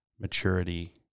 maturity